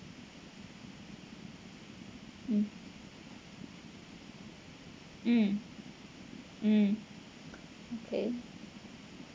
mm mm mm okay